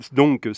donc